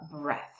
breath